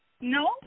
No